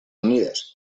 unides